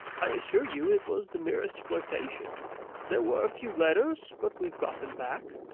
i assure you it was the merest flirtation there were a few letters, but we have got them back.